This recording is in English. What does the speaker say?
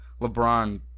LeBron